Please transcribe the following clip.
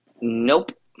Nope